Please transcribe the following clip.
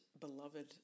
beloved